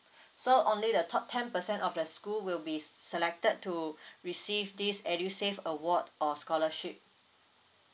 so only the top ten percent of the school will be selected to receive this edusave award or scholarship